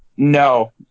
No